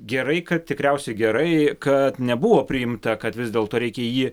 gerai kad tikriausiai gerai kad nebuvo priimta kad vis dėlto reikia jį